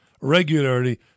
regularly